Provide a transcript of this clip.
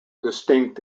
distinct